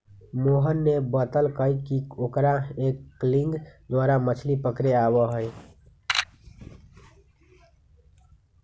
मोहन ने बतल कई कि ओकरा एंगलिंग द्वारा मछ्ली पकड़े आवा हई